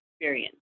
experience